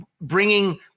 bringing